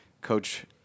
coach –